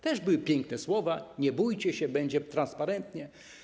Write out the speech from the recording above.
Też były piękne słowa: nie bójcie się, będzie transparentnie.